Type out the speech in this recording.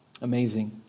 Amazing